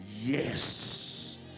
yes